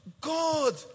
God